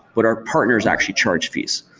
but our partners actually charge fees.